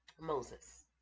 Moses